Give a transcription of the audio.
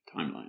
timeline